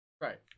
Right